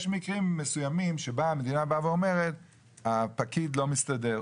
יש מקרים מסוימים שהמדינה אומרת הפקיד לא מסתדר,